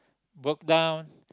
broke down